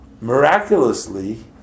Miraculously